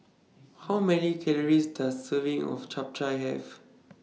How Many Calories Does Serving of Chap Chai Have